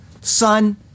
son